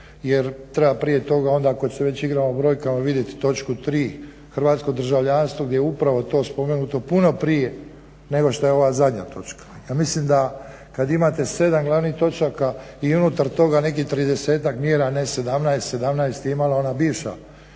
jer treba prije toga onda ako se već igramo brojkama vidjeti točku 3. hrvatsko državljanstvo gdje je upravo to spomenuto puno prije nego što je ova zadnja točka. Ja mislim da kad imate 7. glavnih točaka i unutar toga nekih 30-ak mjera ne 17, 17 je imala ona bivša